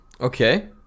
Okay